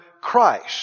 Christ